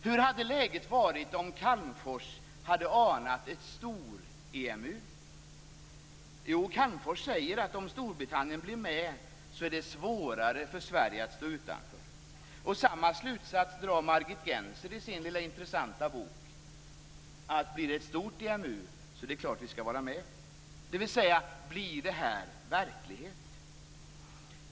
Hur hade läget varit om Calmfors hade anat ett stor-EMU? Jo, Calmfors säger att om Storbritannien blir med är det svårare för Sverige att stå utanför. Samma slutsats drar Margit Gennser i sin intressanta bok. Om det blir ett stort EMU är det klart att vi skall vara med, dvs. om det här blir verklighet.